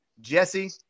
Jesse